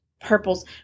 purples